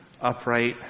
upright